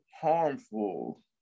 harmful